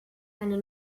eine